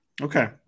Okay